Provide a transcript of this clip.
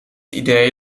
idee